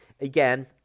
again